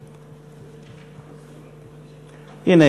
הנה,